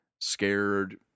scared